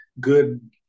good